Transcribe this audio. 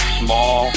small